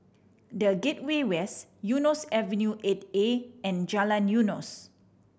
The Gateway West Eunos Avenue Eight A and Jalan Eunos